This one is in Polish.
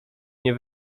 nie